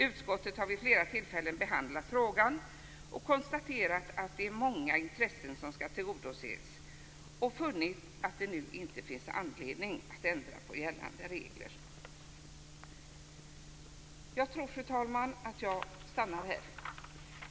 Utskottet har vid flera tillfällen behandlat frågan, konstaterat att det är många intressen som skall tillgodoses och funnit att det nu inte finns anledning att ändra på gällande regler. Jag tror, fru talman, att jag stannar här.